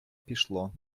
пішло